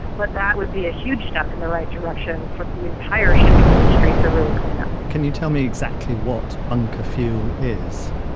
but that would be a huge step in the right direction for the entire shipping industry to really clean up. can you tell me exactly what bunker fuel is?